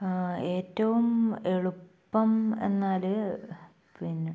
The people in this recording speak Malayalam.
ഏറ്റവും എളുപ്പം എന്നാൽ പിന്നെ